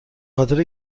خاطر